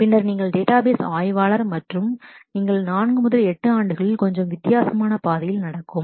பின்னர் நீங்கள் டேட்டாபேஸ் ஆய்வாளர் அல்லது நீங்கள் 4 முதல் 8 ஆண்டுகளில் கொஞ்சம் வித்தியாசமான பாதையில் நடக்கும்